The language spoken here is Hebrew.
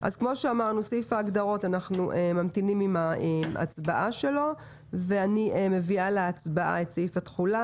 מביאה להצבעה את סעיף התחולה,